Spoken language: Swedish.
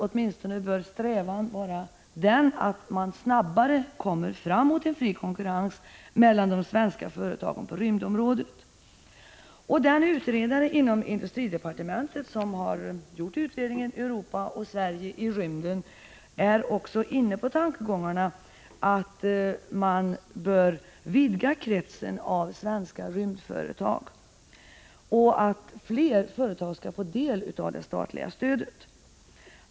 Åtminstone bör strävan vara att man snabbare skall komma framåt i fri konkurrens mellan de svenska företagen på rymdområdet. Den utredare inom industridepartementet som har gjort utredningen Europa och Sverige i rymden, är också inne på tanken att man bör vidga kretsen av svenska rymdföretag och att fler företag skall få del av det statliga stödet.